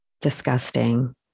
disgusting